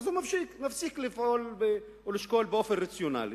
הוא מפסיק לפעול או לשקול באופן רציונלי,